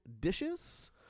dishes